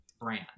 brand